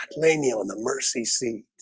lay me on the mercy seat,